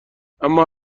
اما